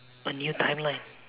a new timeline